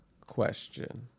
question